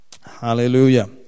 Hallelujah